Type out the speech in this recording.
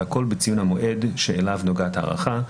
והכול בציון המועד שאליו נוגעת הערכה,